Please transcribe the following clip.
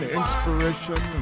inspiration